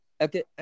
Okay